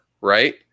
right